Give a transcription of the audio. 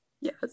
yes